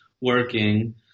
working –